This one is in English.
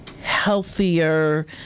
healthier